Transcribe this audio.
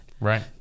Right